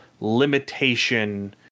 limitation